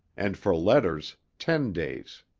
and for letters, ten days.